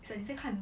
it's like 你在看